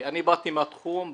אני באמתי מהתחום,